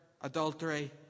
adultery